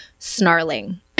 snarling